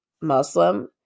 Muslim